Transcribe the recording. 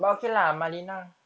lah money